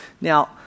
Now